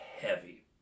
heavy